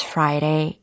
Friday